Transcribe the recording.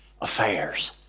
affairs